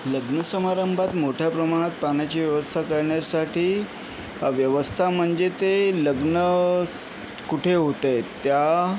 लग्न समारंभात मोठ्या प्रमाणात पाण्याची व्यवस्था करण्यासाठी व्यवस्था म्हणजे ते लग्न कुठे होते आहे त्या